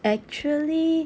actually